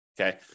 Okay